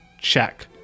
Check